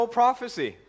prophecy